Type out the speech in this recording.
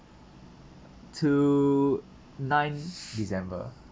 to nine december